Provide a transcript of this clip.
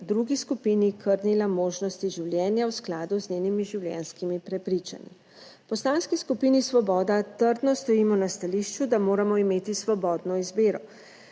drugi skupini krnila možnosti življenja v skladu z njenimi življenjskimi prepričanji. V Poslanski skupini Svoboda trdno stojimo na stališču, da moramo imeti svobodno izbiro.